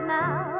now